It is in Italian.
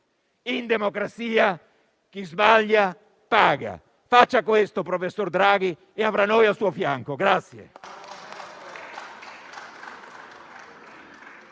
in democrazia chi sbaglia paga. Faccia questo, professor Draghi, e avrà noi al suo fianco.